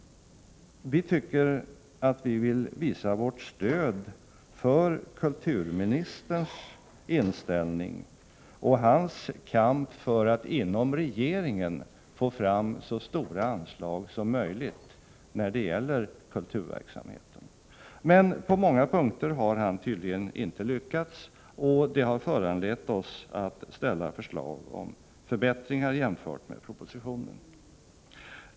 Vi vill visa vårt stöd för kulturministerns inställning och hans kamp för att inom regeringen få fram så stora anslag som möjligt när det gäller kulturverksamheten. Men på många punkter har han tydligen inte lyckats, och det har föranlett oss att ställa förslag om förbättringar jämfört med propositionen.